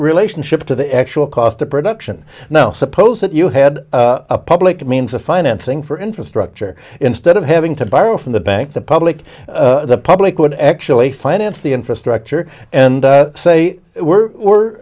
relationship to the actual cost of production now suppose that you had a public means of financing for infrastructure instead of having to borrow from the bank the public the public would actually finance the infrastructure and say we're we're